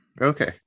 Okay